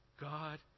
God